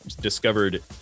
discovered